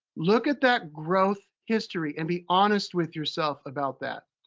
look at that growth history and be honest with yourself about that.